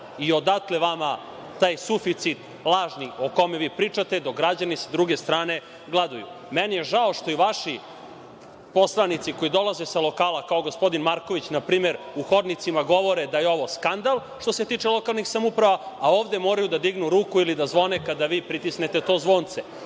I odatle vama taj suficit lažni o kome vi pričate, dok građani sa druge strane gladuju. Meni je žao što i vaši poslanici koji dolaze sa lokala, kao gospodin Marković, na primer, u hodnicima govore da je ovo skandal što se tiče lokalnih samouprava, a ovde moraju da dignu ruku ili da zvone kada vi pritisnete to zvonce.